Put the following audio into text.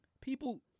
People